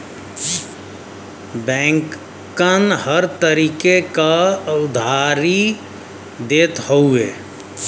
बैंकन हर तरीके क उधारी देत हउए